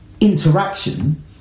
interaction